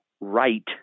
right